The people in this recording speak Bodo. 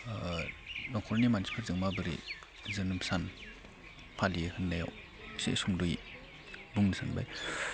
ओ न'खरनि मानसिफोरजों माबोरै जोनोम सान फालियो होननायाव एसे सुंद'यै बुंनो सानबाय